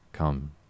Come